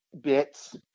bits